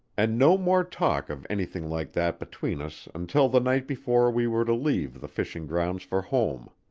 and no more talk of anything like that between us until the night before we were to leave the fishing grounds for home.